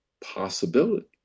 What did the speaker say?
Possibility